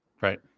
Right